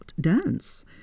dance